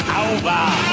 over